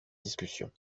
discussion